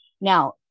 Now